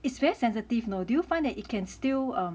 it's very sensitive no do you find that it can still